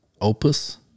opus